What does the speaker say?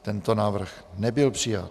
Tento návrh nebyl přijat.